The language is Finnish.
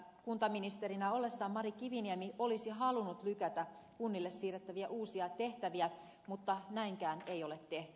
kuntaministerinä ollessaan mari kiviniemi olisi halunnut lykätä kunnille siirrettäviä uusia tehtäviä mutta näinkään ei ole tehty